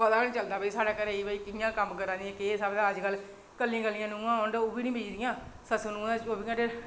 पता निं चलदा कि साढ़े घरै कि भई अस कि'यां कम्म करानियां ते एह् सब कल्ली कल्लियां नूहां होन ओह्बी निं समींदियां सस्सू नूहें दा चौह्बी घैंटे